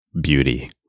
beauty